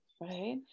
right